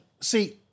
See